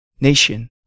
nation